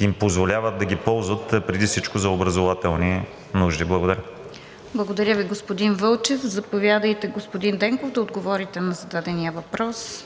им позволяват да ги ползват преди всичко за образователни нужди. Благодаря. ПРЕДСЕДАТЕЛ РОСИЦА КИРОВА: Благодаря Ви, господин Вълчев. Заповядайте, господин Денков, да отговорите на зададения въпрос.